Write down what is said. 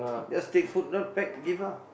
just take food then pack give lah